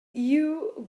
you